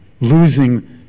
losing